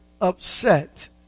upset